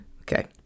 Okay